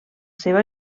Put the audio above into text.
seva